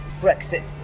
Brexit